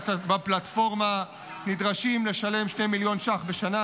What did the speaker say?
בפלטפורמה נדרשים לשלם 2 מיליון ש"ח בשנה,